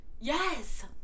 yes